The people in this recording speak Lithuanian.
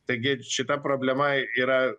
taigi šita problema yra